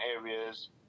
areas